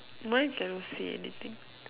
mine cannot see anything